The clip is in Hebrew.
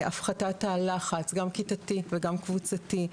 ולהפחתת הלחץ גם כיתתי וגם קבוצתי.